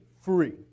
free